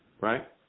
right